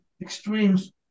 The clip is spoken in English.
extremes